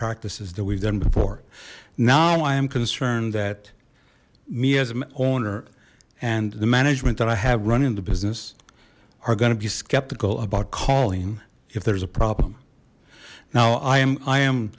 practices that we've done before now i am concerned that me as an owner and the management that i have running the business are going to be skeptical about calling if there's a problem now i am